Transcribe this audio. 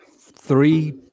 three